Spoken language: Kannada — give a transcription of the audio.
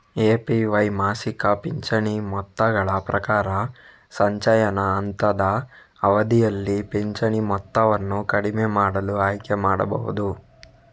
ಎ.ಪಿ.ವೈ ಮಾಸಿಕ ಪಿಂಚಣಿ ಮೊತ್ತಗಳ ಪ್ರಕಾರ, ಸಂಚಯನ ಹಂತದ ಅವಧಿಯಲ್ಲಿ ಪಿಂಚಣಿ ಮೊತ್ತವನ್ನು ಕಡಿಮೆ ಮಾಡಲು ಆಯ್ಕೆ ಮಾಡಬಹುದು